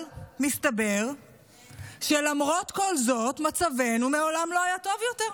אבל מסתבר שלמרות כל זאת מצבנו מעולם לא היה טוב יותר.